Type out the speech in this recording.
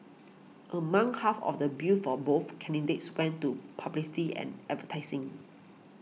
among half of the bill for both candidates went to publicity and advertising